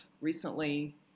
recently